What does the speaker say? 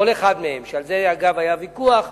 כל אחד מהם, ועל זה, אגב, היה ויכוח,